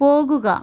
പോകുക